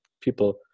people